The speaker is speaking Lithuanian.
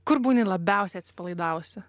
kur būni labiausiai atsipalaidavusi